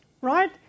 Right